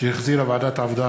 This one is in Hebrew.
שהחזירה ועדת העבודה,